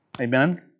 Amen